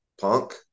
punk